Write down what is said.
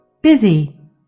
busy